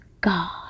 God